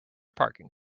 parking